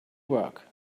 work